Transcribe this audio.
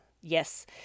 yes